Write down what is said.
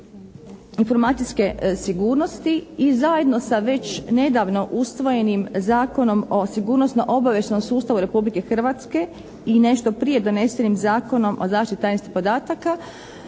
informacijske sigurnosti i zajedno sa već nedavno usvojenim Zakonom o sigurnosno-obavještajnom sustavu Republike Hrvatske i nešto prije donesenim Zakonom o zaštiti tajnosti podataka